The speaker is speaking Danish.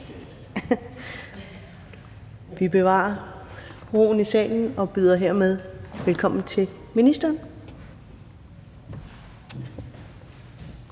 Vi bevarer roen i salen og byder hermed velkommen til ministeren.